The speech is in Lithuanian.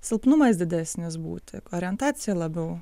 silpnumas didesnis būti orientacija labiau